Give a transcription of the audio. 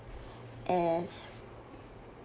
as